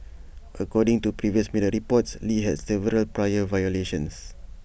according to previous media reports lee had several prior violations